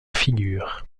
figure